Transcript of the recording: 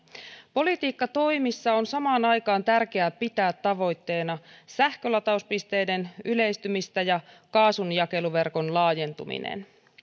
politiikkatoimissa on samaan aikaan tärkeää pitää tavoitteena sähkölatauspisteiden yleistymistä ja kaasunjakeluverkon laajentumista